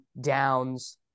Downs